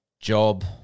job